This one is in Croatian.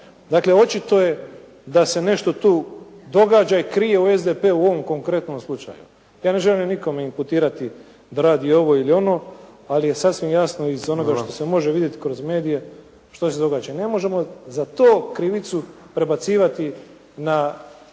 Dakle očito je da se nešto tu događa i krije u SDP-u u ovom konkretnom slučaju. Ja ne želim nikome imputirati da radi ovo ili ono, ali je sasvim jasno iz onoga što se može vidjeti kroz medije što se događa. Ne možemo za to krivicu prebacivati na